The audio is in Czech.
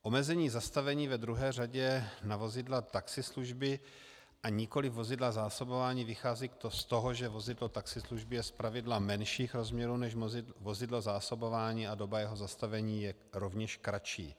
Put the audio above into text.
Omezení zastavení ve druhé řadě na vozidla taxislužby a nikoli vozidla zásobování vychází z toho, že vozidlo taxislužby je zpravidla menších rozměrů než vozidla zásobování a doba jeho zastavení je rovněž kratší.